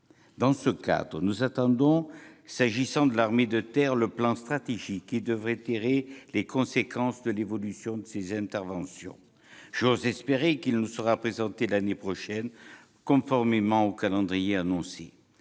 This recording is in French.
Dans ce cadre, et pour l'armée de terre, nous attendons le plan stratégique qui devrait tirer les conséquences de l'évolution de ces interventions. J'ose espérer qu'il nous sera présenté l'année prochaine, conformément au calendrier annoncé